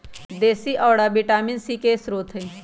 देशी औरा vitamin C के स्रोत हई